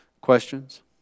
questions